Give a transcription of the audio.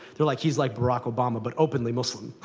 they're like, he's like barack obama, but openly muslim.